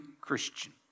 Christian